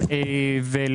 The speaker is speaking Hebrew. הבנקים.